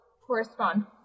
correspond